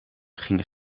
gingen